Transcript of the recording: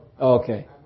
Okay